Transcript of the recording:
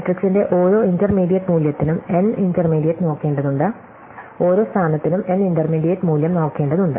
മാട്രിക്സിന്റെ ഓരോ ഇന്റർമീഡിയറ്റ് മൂല്യത്തിനും n ഇന്റർമീഡിയറ്റ് നോക്കേണ്ടതുണ്ട് ഓരോ സ്ഥാനത്തിനും n ഇന്റർമീഡിയറ്റ് മൂല്യം നോക്കേണ്ടതുണ്ട്